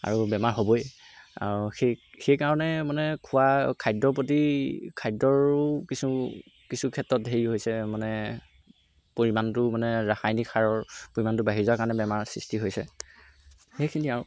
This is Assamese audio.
আৰু বেমাৰ হ'বই আৰু সেই সেইকাৰণে মানে খোৱা খাদ্যৰ প্ৰতি খাদ্যৰো কিছু কিছু ক্ষেত্ৰত হেৰি হৈছে মানে পৰিমাণটো মানে ৰাসায়নিক সাৰৰ পৰিমাণটো বাঢ়ি যোৱাৰ কাৰণে বেমাৰৰ সৃষ্টি হৈছে সেইখিনিয়ে আৰু